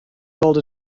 sold